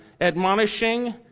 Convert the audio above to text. admonishing